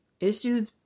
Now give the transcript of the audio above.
Issues